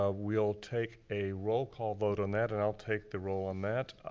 ah we'll take a roll call vote on that, and i'll take the roll on that.